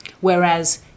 whereas